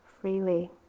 freely